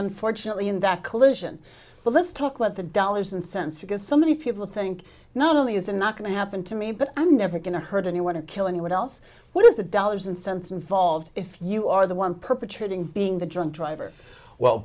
unfortunately in that collision well let's talk about the dollars and cents because so many people think not only is it not going to happen to me but i'm never going to hurt anyone to kill anyone else what is the dollars and cents involved if you are the one perpetrating being the drunk driver well